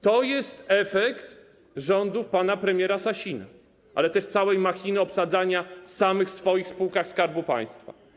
To jest efekt rządów pana premiera Sasina, ale też całej machiny obsadzania samych swoich w spółkach Skarbu Państwa.